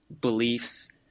beliefs